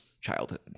childhood